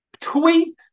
tweet